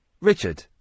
Richard